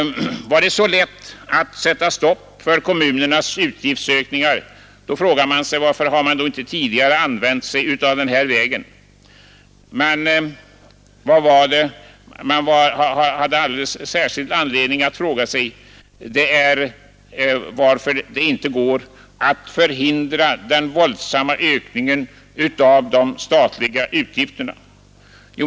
Om det var så lätt att sätta stopp för kommunernas utgiftsökningar så frågar jag mig varför man inte tidigare har använt sig av den vägen. Vad man emellertid har alldeles särskild anledning fråga är, varför det inte går att förhindra den våldsamma ökningen av de statliga utgifterna.